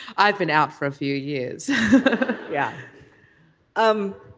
i've been out for a few years yeah um